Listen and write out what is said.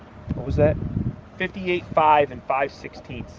what was that fifty eight five and five sixteen